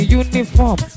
uniform